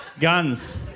Guns